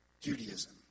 Judaism